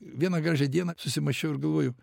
vieną gražią dieną susimąsčiau ir galvoju